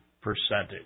percentage